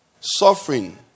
suffering